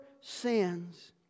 sins